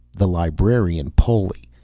the librarian, poli.